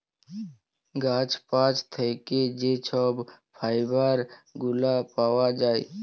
গাহাচ পাত থ্যাইকে যে ছব ফাইবার গুলা পাউয়া যায়